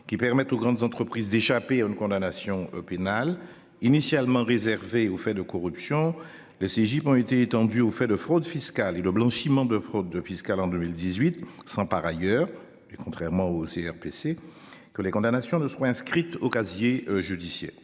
Qui permettent aux grandes entreprises d'échapper à une condamnation pénale. Initialement réservé aux faits de corruption. La CIJ ont été étendu aux faits de fraude fiscale et le blanchiment de fraude fiscale en 2018 100. Par ailleurs, et contrairement aux CRPC que les condamnations de soit inscrite au casier judiciaire